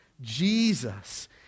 Jesus